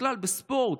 בכלל בספורט,